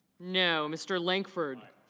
no. mr. langford